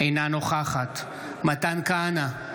אינה נוכחת מתן כהנא,